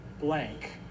blank